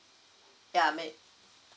ya ma~